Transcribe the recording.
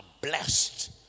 blessed